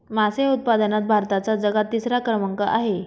मासे उत्पादनात भारताचा जगात तिसरा क्रमांक आहे